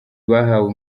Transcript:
bahawe